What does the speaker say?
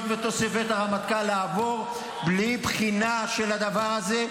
ותוספת הרמטכ"ל לעבור בלי בחינה של הדבר הזה,